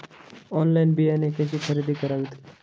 Online बियाणे कशी खरेदी करावीत?